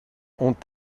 ont